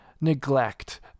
neglect